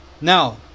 Now